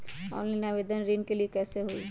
Online आवेदन ऋन के लिए कैसे हुई?